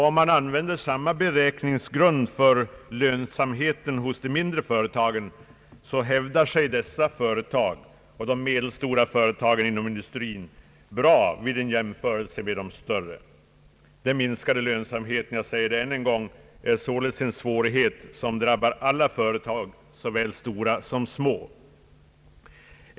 Om man använder samma beräkningsgrund för lönsamheten hos de mindre företagen, hävdar sig dessa företag och de medelstora företagen inom industrin bra vid en jämförelse med de större. Den minskade lönsamheten är således en svårighet som drabbar alla företag, såväl stora som små.